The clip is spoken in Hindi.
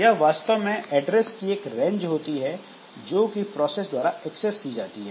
यह वास्तव में एड्रेस की एक रेंज होती है जो कि प्रोसेस द्वारा एक्सेस की जाती है